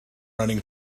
running